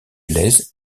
lez